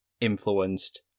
influenced